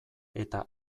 eta